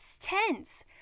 tense